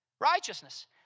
righteousness